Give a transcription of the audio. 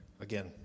Again